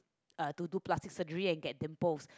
uh to do plastic surgery and get dimples